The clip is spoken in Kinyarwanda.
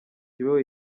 kibeho